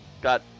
got